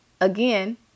Again